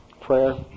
Prayer